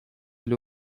ile